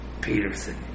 Peterson